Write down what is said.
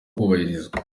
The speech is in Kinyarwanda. kubahirizwa